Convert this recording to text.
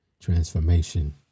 transformation